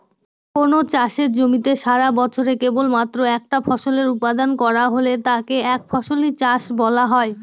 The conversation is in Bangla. কোনো চাষের জমিতে সারাবছরে কেবলমাত্র একটা ফসলের উৎপাদন করা হলে তাকে একফসলি চাষ বলা হয়